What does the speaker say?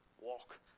walk